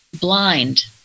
blind